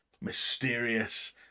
mysterious